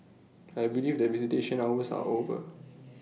I believe that visitation hours are over